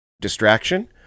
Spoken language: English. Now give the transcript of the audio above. distraction